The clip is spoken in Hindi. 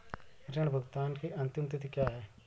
ऋण भुगतान की अंतिम तिथि क्या है?